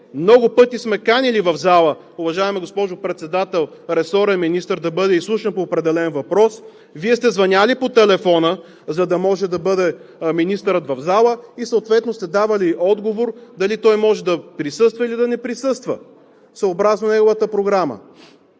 Много пъти сме канили в залата, уважаема госпожо Председател, ресорен министър да бъде изслушван по определен въпрос, Вие сте звънели по телефона, за да може министърът да бъде в залата и съответно сте давали отговор дали той може да присъства, или да не присъства, съобразно неговата програма.